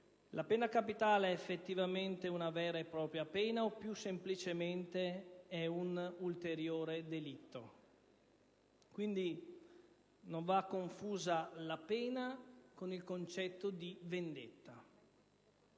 la pena capitale è effettivamente una vera e propria pena o, più semplicemente, un ulteriore delitto? La pena non va confusa con il concetto di vendetta.